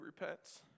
repents